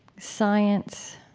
science.